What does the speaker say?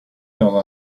dans